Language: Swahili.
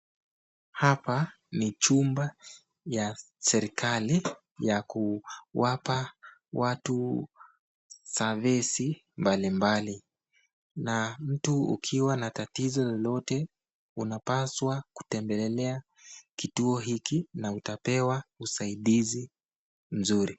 Hapa ni chumba ya serikali ya kuwapa watu savesi mbalimbali na mtu ukiwa na tatizo lolote unapaswa kutembelea kituo hiki na utapewa usaidizi nzuri.